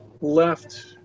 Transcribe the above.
left